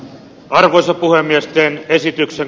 arvoisa puhemies teen esityksen